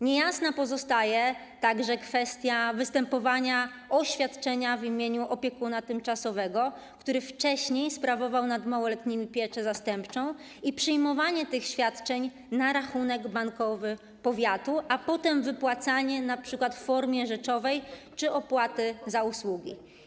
Niejasna pozostaje także kwestia występowania o świadczenia w imieniu opiekuna tymczasowego, który wcześniej sprawował nad małoletnimi pieczę zastępczą, przyjmowanie tych świadczeń na rachunek bankowy powiatu i wypłacanie ich potem np. w formie rzeczowej czy w formie opłaty za usługi.